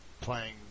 Playing